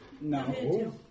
No